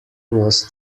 was